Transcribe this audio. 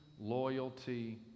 loyalty